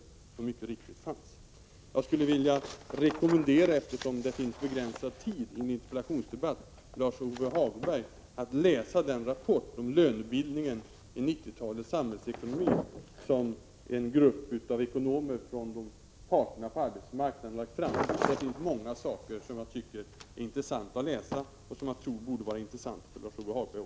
Eftersom begränsad tid står till förfogande under en interpellationsdebatt, skulle jag vilja rekommendera Lars-Ove Hagberg att läsa den rapport om lönebildningen i 90-talets samhällsekonomi som en grupp av ekonomer från parterna på arbetsmarknaden lagt fram. Där finns många avsnitt av intresse, också sådana som jag tror borde vara intressanta för Lars-Ove Hagberg.